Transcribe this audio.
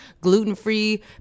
gluten-free